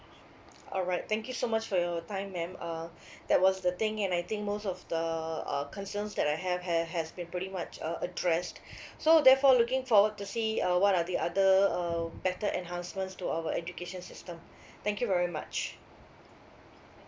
alright thank you so much for your time ma'am uh that was the thing and I think most of the uh concerns that I have ha~ has been pretty much uh addressed so therefore looking forward to see uh what are the other uh better enhancements to our education system thank you very much